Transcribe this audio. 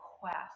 quest